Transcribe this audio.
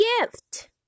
gift